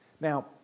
Now